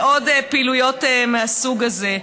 ועוד פעילויות מהסוג הזה.